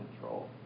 control